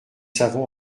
savons